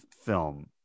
film